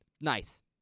Nice